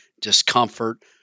discomfort